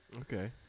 Okay